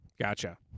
gotcha